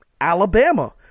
Alabama